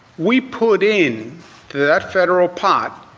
we put in to that federal pot,